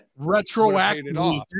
retroactively